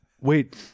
Wait